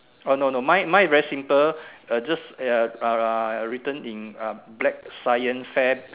oh no no my mine is very simple uh just ya uh written in uh black science fair